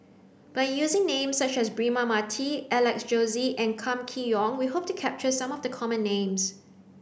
by using names such as Braema Mathi Alex Josey and Kam Kee Yong we hope to capture some of the common names